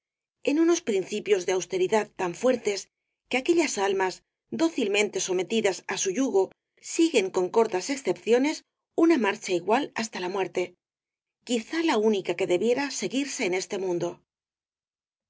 en unos principios de austeridad tan fuertes que aquellas almas dócilmente sometidas á su yugo siguen con cortas excepciones una marcha igual hasta la muerte quizá la única que debiera seguirse en este mundo